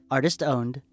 Artist-owned